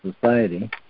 Society